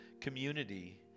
community